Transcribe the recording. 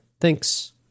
Thanks